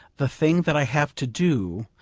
the thing that i have to do,